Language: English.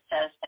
says